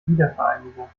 wiedervereinigung